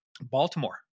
Baltimore